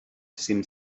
see